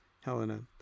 Helena